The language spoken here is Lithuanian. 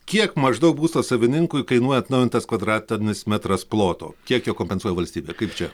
kiek maždaug būsto savininkui kainuoja atnaujintas kvadratanis metras ploto kiek jo kompensuoja valstybė kaip čia